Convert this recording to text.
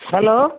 hello